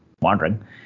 wandering